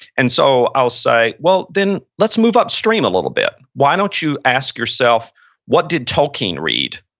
and so, i'll say, well then, let's move upstream a little bit. why don't you ask yourself what did tolkien read?